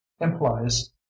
implies